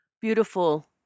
Beautiful